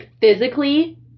physically